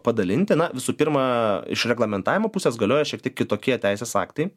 padalinti na visų pirma iš reglamentavimo pusės galioja šiek tiek kitokie teisės aktai